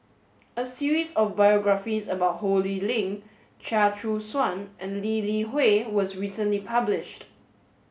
a series of biographies about Ho Lee Ling Chia Choo Suan and Lee Li Hui was recently published